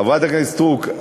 חברת הכנסת סטרוק,